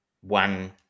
one